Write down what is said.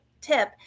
tip